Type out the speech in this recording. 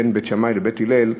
בין בית שמאי לבית הלל,